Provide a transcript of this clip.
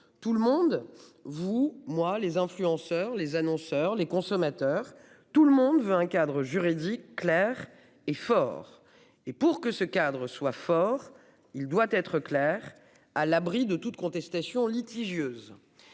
tout le monde vous moi les influenceurs les annonceurs, les consommateurs. Tout le monde veut un cadre juridique clair et fort et pour que ce cadre soit fort, il doit être clair à l'abri de toute contestation litigieuses.